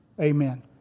Amen